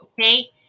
okay